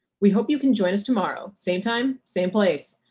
we hope you can join us tomorrow same time, same place.